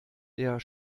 der